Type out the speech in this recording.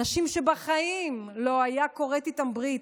אנשים שבחיים לא היה כורת איתם ברית.